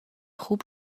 خوب